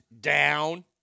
down